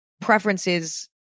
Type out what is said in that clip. preferences